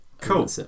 Cool